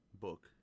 book